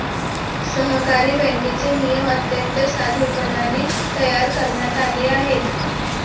सहकारी बँकेचे नियम अत्यंत साधेपणाने तयार करण्यात आले आहेत